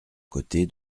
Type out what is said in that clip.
côté